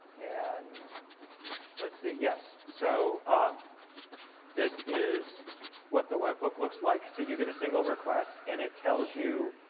and let's see. yes. so um this is what the web hook looks like. so you get a single request, and it tells you